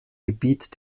gebiet